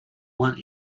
want